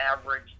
average